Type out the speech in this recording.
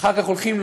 ואחר כך הולכים,